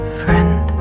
friend